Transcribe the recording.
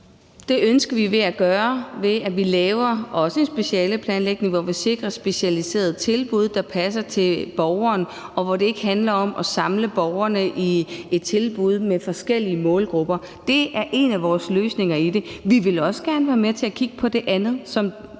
Det ønsker vi at gøre, ved at vi også laver en specialeplanlægning, hvor vi sikrer specialiserede tilbud, der passer til borgeren, og hvor det ikke handler om at samle borgerne i et tilbud med forskellige målgrupper. Det er en af vores løsninger på det. Vi vil også gerne være med til at kigge på det andet,